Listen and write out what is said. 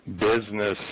business